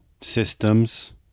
systems